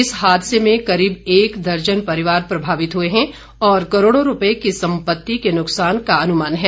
इस हादसे में करीब एक दर्जन परिवार प्रभावित हए हैं और करोडों रूपए की संपत्ति के नुकसान का अनुमान है